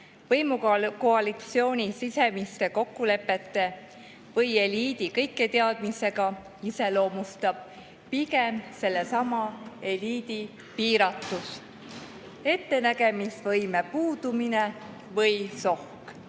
võimukoalitsiooni sisemiste kokkulepete või eliidi kõiketeadmisega, iseloomustab pigem sellesama eliidi piiratus, ettenägemisvõime puudumine või sohk